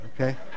okay